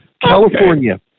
California